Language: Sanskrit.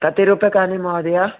कति रूप्यकानि महोदय